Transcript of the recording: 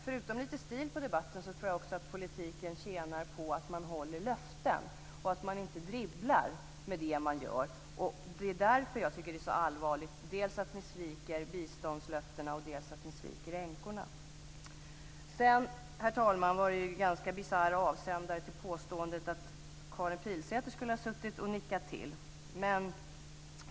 Förutom lite stil på debatten tror jag också att politiken tjänar på att man håller löften och inte dribblar med det man gör. Jag tycker att det är allvarligt dels att ni sviker biståndslöftena, dels att ni sviker änkorna. Herr talman! Det var vidare en ganska bisarr avsändare till påståendet att Karin Pilsäter skulle ha suttit och nickat till.